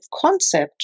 concept